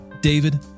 David